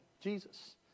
Jesus